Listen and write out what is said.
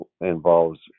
involves